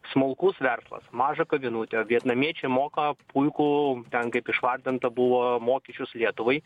smulkus verslas maža kavinutė vietnamiečiai moka puikų ten kaip išvardinta buvo mokesčius lietuvai